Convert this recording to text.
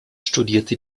studierte